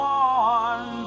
one